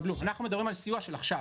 אנחנו מדברים על סיוע של עכשיו.